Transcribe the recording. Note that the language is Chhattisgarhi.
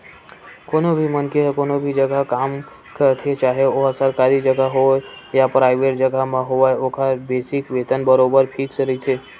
कोनो भी मनखे ह कोनो भी जघा काम करथे चाहे ओहा सरकारी जघा म होवय ते पराइवेंट जघा म होवय ओखर बेसिक वेतन बरोबर फिक्स रहिथे